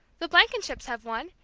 the blankenships have one,